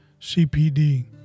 CPD